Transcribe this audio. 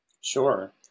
Sure